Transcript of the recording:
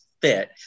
fit